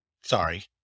Sorry